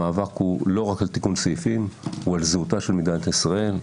המאבק הוא לא רק על תיקון סעיפים אלא הוא על זהותה של מדינת ישראל.